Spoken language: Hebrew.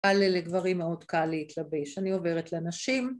אלא לגברים מאוד קל להתלבש. אני עוברת לנשים.